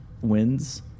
wins